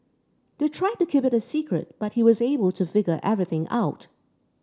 they tried to keep it a secret but he was able to figure everything out